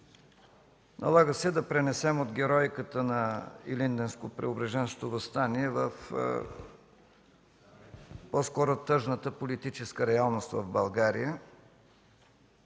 Налага се да се пренесем от героиката на Илинденско-Преображенското въстание в по-скоро тъжната политическа реалност в България.